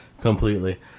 completely